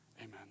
amen